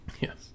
Yes